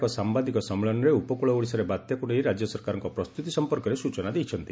ଏକ ସାମ୍ବାଦିକ ସମ୍ମିଳନୀରେ ଉପକୂଳ ଓଡ଼ିଶାରେ ବାତ୍ୟାକୁ ନେଇ ରାଜ୍ୟ ସରକାରଙ୍କ ପ୍ରସ୍ତୁତି ସମ୍ପର୍କରେ ସୂଚନା ଦେଇଛନ୍ତି